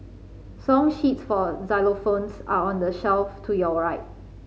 song sheets for xylophones are on the shelf to your right